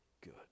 good